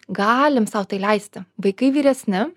galim sau tai leisti vaikai vyresni